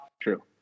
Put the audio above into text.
True